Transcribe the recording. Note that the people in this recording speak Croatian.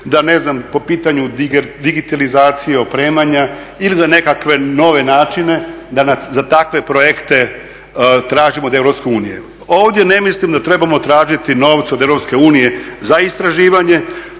da ne znam po pitanju digitalizacije, opremanja ili da nekakve nove načine, da za takve projekte tražimo od Europske unije. Ovdje ne mislim da trebamo tražiti novce od Europske unije za istraživanje,